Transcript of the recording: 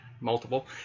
multiple